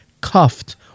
cuffed